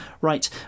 right